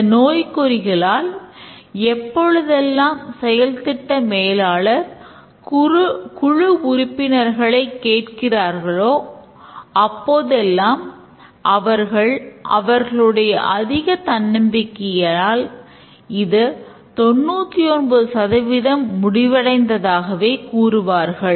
இந்த நோய்க்குறிகளால் எப்பொழுதெல்லாம் செயல் திட்ட மேலாளர் குழு உறுப்பினர்களை கேட்கிறார்களோ அப்போதெல்லாம் அவர்கள் அவர்களுடைய அதிக தன்னம்பிக்கையால் இது 99 சதவீதம் முடிவடைந்தாகவே கூறுவார்கள்